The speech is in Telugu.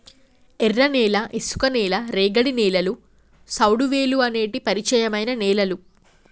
ఎర్రనేల, ఇసుక నేల, రేగడి నేలలు, సౌడువేలుఅనేటి పరిచయమైన నేలలు